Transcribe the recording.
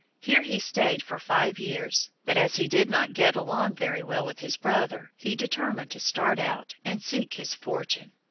here he stayed for five years, but as he did not get along very well with his brother, he determined to start out and seek his fortune.